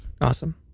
Awesome